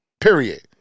period